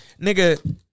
nigga